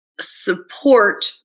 support